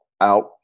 out